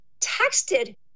texted